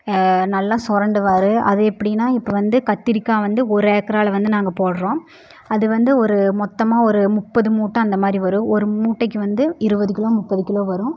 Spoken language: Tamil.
நல்லா சுரண்டுவாரு அது எப்படின்னா இப்போ வந்து கத்திரிக்காய் வந்து ஒரு ஏக்கரால் வந்து நாங்கள் போடுகிறோம் அது வந்து ஒரு மொத்தமாக ஒரு முப்பது மூட்டை அந்த மாதிரி வரும் ஒரு மூட்டைக்கு வந்து இருபது கிலோ முப்பது கிலோ வரும்